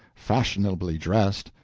fashionably dressed,